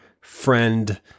friend-